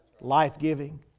life-giving